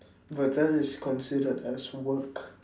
but that is considered as work